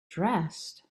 dressed